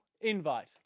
invite